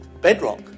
bedrock